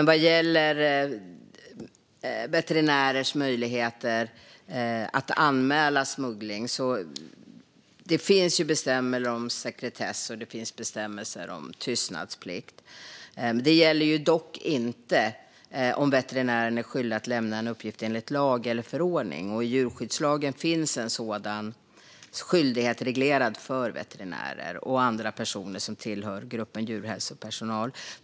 Vad gäller veterinärers möjligheter att anmäla smuggling finns det bestämmelser om sekretess och tystnadsplikt. De gäller dock inte om veterinären är skyldig att lämna en uppgift enligt lag eller förordning. I djurskyddslagen finns en sådan skyldighet reglerad för veterinärer och andra personer som tillhör gruppen djurhälsopersonal.